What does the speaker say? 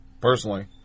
Personally